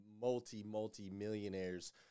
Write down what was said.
multi-multi-millionaires